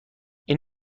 این